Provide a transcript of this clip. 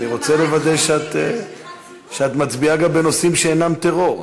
אני רוצה לוודא שאת מצביעה גם בנושאים שאינם טרור.